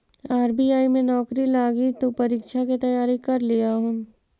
RBI में नौकरी लागी तु परीक्षा के तैयारी कर लियहून